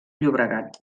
llobregat